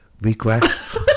regrets